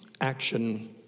action